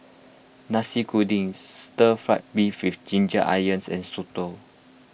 Nasi Kuning Stir Fried Beef with Ginger Onions and Soto